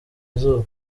izuba